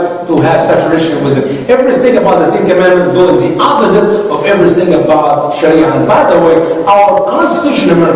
to have saturation was it every sing about the think availability opposite of every single bar shall yeah ah and pass away our constitutional?